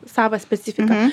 savą specifiką